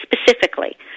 specifically